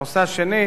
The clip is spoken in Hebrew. הנושא השני,